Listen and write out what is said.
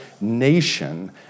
nation